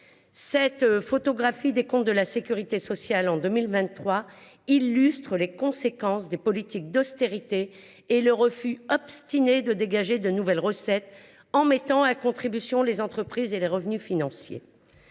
Cette photographie des comptes de la sécurité sociale en 2023 illustre les conséquences des politiques d’austérité et le refus obstiné de dégager de nouvelles recettes en mettant à contribution les entreprises et les revenus financiers.